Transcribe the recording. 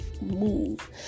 move